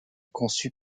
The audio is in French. conçus